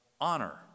honor